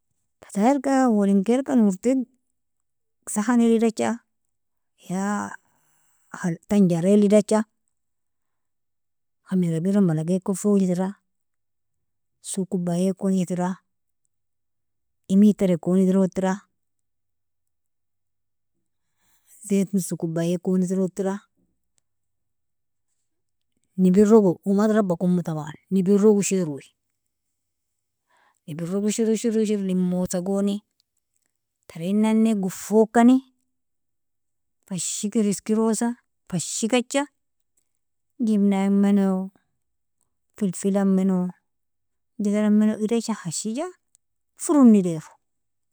Fatairka awalinkelka nurtig sahanela idacha, ya hal- tanjarel idacha, khamira bira maleqeakon fogjatira, suu kubaiekon idachatira, imid terekon idortira, zait nussi kubaiekon idortira, nibirrogo, uu madrabba kumu taban, nibirrog usheir'uui, nibirrog ushir, ushir, ushir limosa goni, tarinane gufokani, fashikir iskirosa, fashikacha, jibnaimmeno, filfilammeno, jezarammeno, idacha hashija furunn'ideru.